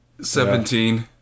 Seventeen